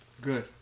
Good